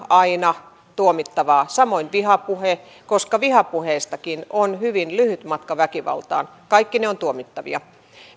aina tuomittavaa samoin vihapuhe koska vihapuheistakin on hyvin lyhyt matka väkivaltaan kaikki ne ovat tuomittavia